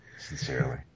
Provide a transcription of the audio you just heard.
Sincerely